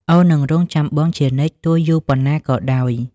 អូននឹងរង់ចាំបងជានិច្ច ទោះយូរប៉ុណ្ណាក៏ដោយ។